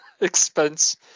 expense